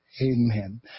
amen